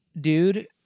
dude